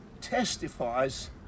testifies